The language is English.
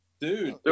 dude